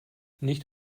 nicht